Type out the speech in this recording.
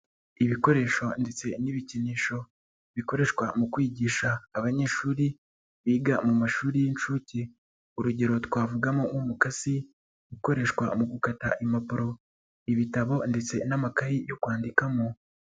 Ibikoresho ndetse n'ibikinisho bikoreshwa mu kwigisha abanyeshuri biga mu mashuri y'inshuke, urugero twavugamo nk'umukasi ukoreshwa mu gukata impapuro, ibitabo, ndetse n'amakaye yo kwandikamo.